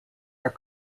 are